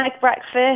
breakfast